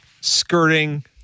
skirting